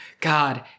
God